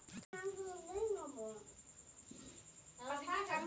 কতোরকমের বিমা অনলাইনে উপলব্ধ?